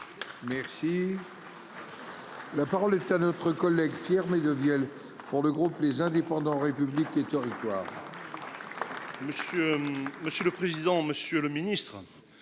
Merci. La parole est à notre collègue Pierre mais de miel pour le groupe les indépendants République et Territoires.